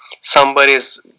somebody's